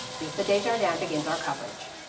lisa desjardins begins our coverage.